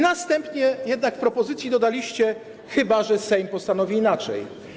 Następnie jednak w propozycji dodaliście: chyba że Sejm postanowi inaczej.